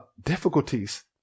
difficulties